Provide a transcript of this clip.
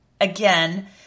Again